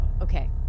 Okay